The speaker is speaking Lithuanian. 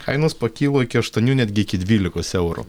kainos pakilo iki aštuonių netgi iki dvylikos eurų